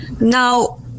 Now